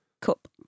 Cup